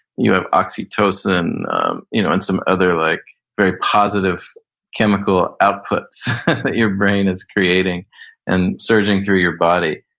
you have oxytocin you know and some other like very positive chemical outputs your brain is creating and surging through your body,